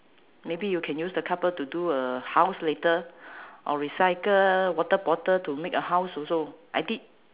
maybe you can use the cardboard to do a house later or recycle water bottle to make a house also I did